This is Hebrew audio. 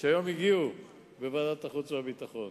שהיום הגיעו אליו בוועדת החוץ והביטחון.